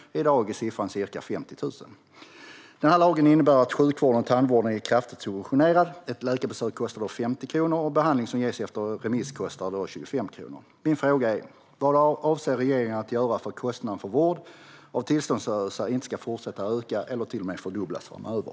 I dag är siffran ca 50 000. Den här lagen innebär att sjukvården och tandvården är kraftigt subventionerad. Ett läkarbesök kostar 50 kronor. Behandling som ges efter remiss kostar 25 kronor. Min fråga är: Vad avser regeringen att göra för att kostnaden för vård av tillståndslösa inte ska fortsätta öka eller till och med fördubblas framöver?